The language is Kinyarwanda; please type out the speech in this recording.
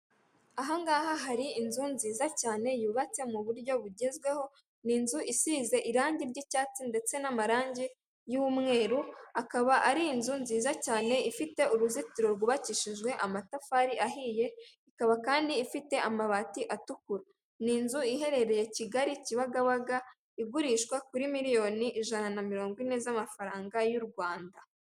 Aha ngaha hari inzu nziza cyane yubatse mu buryo bugezweho, ni inzu isize irangi ry'icyatsi ndetse n'amarangi y'umweru, akaba ari inzu nziza cyane ifite uruzitiro rwubakishijwe amatafari ahiye, ikaba kandi ifite amabati atukura, ni inzu iherereye Kigali Kibagabaga igurishwa kuri miliyoni ijana na mirongo ine z'amafaranga y'u Rwanda.